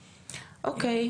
אוקיי.